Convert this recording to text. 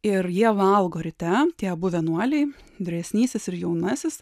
ir jie valgo ryte tie abu vienuoliai vyresnysis ir jaunasis